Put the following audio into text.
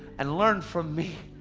and learn from me.